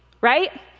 right